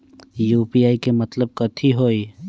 UPI के मतलब कथी होई?